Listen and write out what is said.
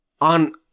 on